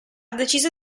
deciso